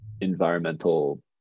environmental